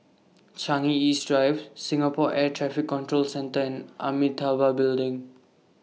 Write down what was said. Changi East Drive Singapore Air Traffic Control Centre and Amitabha Building